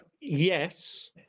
Yes